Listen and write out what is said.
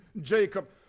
Jacob